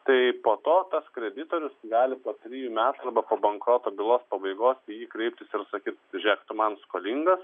tai po to tas kreditorius gali po trijų metų arba po bankroto bylos pabaigos į jį kreiptis ir sakyt žiūrėk tu man skolingas